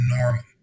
normal